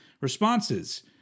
responses